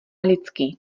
lidský